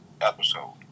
episode